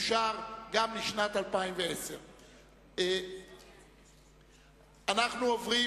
הסעיף אושר גם לשנת 2010. אנחנו עוברים